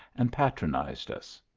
and patronized us.